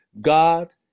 God